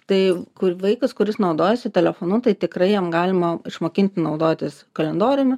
tai kur vaikas kuris naudojasi telefonu tai tikrai jam galima išmokint naudotis kalendoriumi